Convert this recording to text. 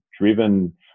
driven